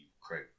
Craig